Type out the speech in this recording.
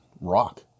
rock